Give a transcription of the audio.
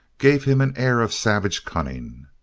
gave him an air of savage cunning.